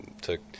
took